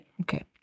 Okay